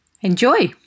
Enjoy